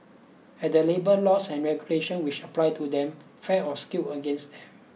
are the labour laws and regulation which apply to them fair or skewed against